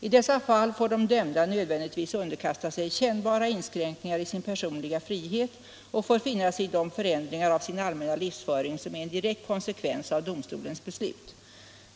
I dessa fall får de dömda nödvändigtvis underkasta sig kännbara inskränkningar i sin personliga frihet och får finna sig i de förändringar av sin allmänna livsföring som är en direkt konsekvens av domstolens beslut.